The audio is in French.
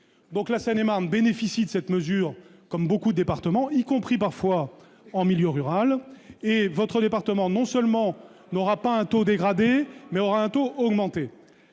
donc la Seine-et-Marne bénéficient de cette mesure, comme beaucoup, départements, y compris parfois en milieu rural et votre département non seulement n'aura pas un taux dégradée mais aura un taux augmenter